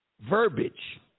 verbiage